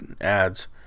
ads